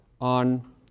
on